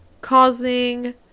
causing